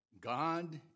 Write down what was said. God